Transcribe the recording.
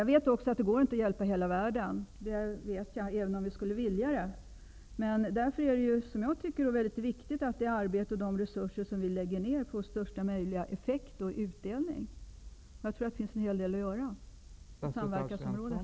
Jag vet också att det inte går att hjälpa hela världen, även om vi skulle vilja det. Därför är det enligt min mening väldigt viktigt att det arbete och de resurser som vi lägger ner får största möjliga effekt och utdelning. Jag tror att det finns en hel del att göra på samverkansområdet.